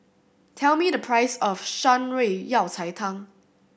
tell me the price of Shan Rui Yao Cai Tang